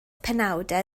penawdau